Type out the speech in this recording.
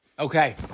Okay